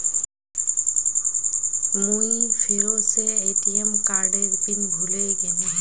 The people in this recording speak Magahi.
मुई फेरो से ए.टी.एम कार्डेर पिन भूले गेनू